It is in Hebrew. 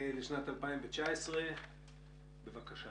2019. בבקשה.